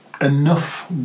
enough